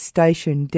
Station